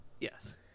Yes